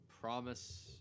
promise